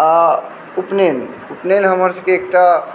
आ उपनयन उपनयन हमरसभके एकटा